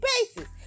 basis